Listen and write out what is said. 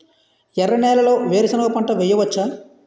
ఎర్ర నేలలో వేరుసెనగ పంట వెయ్యవచ్చా?